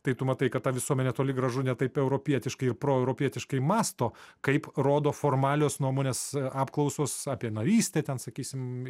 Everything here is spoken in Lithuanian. tai tu matai kad ta visuomenė toli gražu ne taip europietiškai ir proeuropietiškai mąsto kaip rodo formalios nuomonės apklausos apie narystę ten sakysim